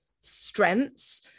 strengths